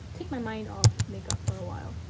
take my mind off makeup for a while.